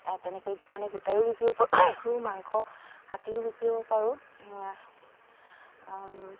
তেনেকৈ মানে গোটাইও বিকিব পাৰোঁ মাংস কাটিও বিকিব পাৰোঁ